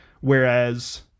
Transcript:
whereas